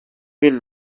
been